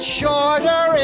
shorter